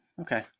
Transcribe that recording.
Okay